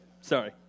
Sorry